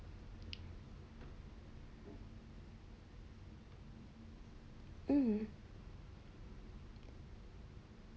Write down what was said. hmm